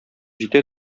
җитә